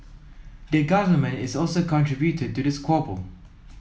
the Government is also contributed to the squabble